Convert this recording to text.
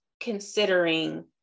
considering